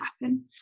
happen